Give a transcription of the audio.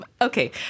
Okay